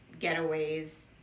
getaways